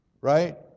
right